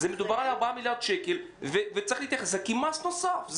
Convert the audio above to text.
מדובר על 4 מיליארד שקל וצריך להתייחס לזה כמס נוסף,